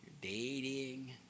dating